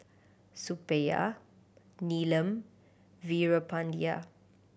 Suppiah Neelam Veerapandiya